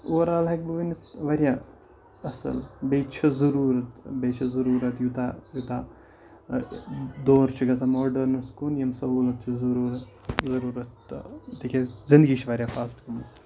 overall ہٮ۪کہٕ بہٕ ؤنِتھ واریاہ اَصٕل بیٚیہِ چھِ ضٔروٗرَت بیٚیہ چھِ ضٔروٗرت یوٗتاہ یوٗتاہ دور چھِ گژھان ماڈٲرنَس کُن یِم سہوٗلت چھِ ضٔروٗرت ضٔروٗرت تہٕ تِکیٛازِ زندگی چھِ واریاہ فاسٹ گٔمٕژ